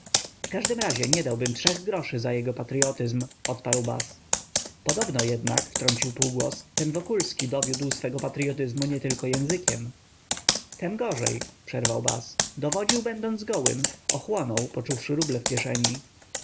w każdym razie nie dałbym trzech groszy za jego patryotyzm odparł bas podobno jednak wtrącił półgłos ten wokulski dowiódł swego patryotyzmu nietylko językiem tem gorzej przerwał bas dowodził będąc gołym ochłonął poczuwszy ruble w kieszeni